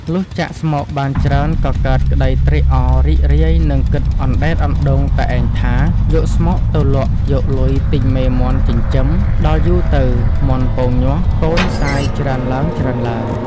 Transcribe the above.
លុះចាក់ស្មុគបានច្រើនក៏កើតក្តីត្រេកអររីករាយនឹកគិតអណ្តែតអណ្តូងតែឯងថា យកស្មុគទៅលក់យកលុយទិញមេមាន់ចិញ្ចឹម ដល់យូរទៅមាន់ពងញាស់ កូនសាយច្រើនឡើងៗ។